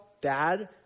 bad